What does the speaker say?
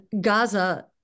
Gaza